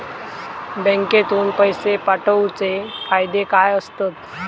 बँकेतून पैशे पाठवूचे फायदे काय असतत?